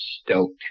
stoked